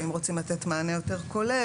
ואם רוצים לתת מענה כולל יותר,